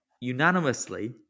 unanimously